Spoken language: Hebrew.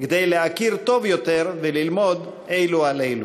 כדי להכיר טוב יותר וללמוד אלו על אלו.